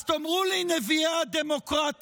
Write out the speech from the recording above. אז תאמרו לי, נביאי הדמוקרטיה: